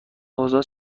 اوضاع